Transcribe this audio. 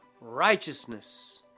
righteousness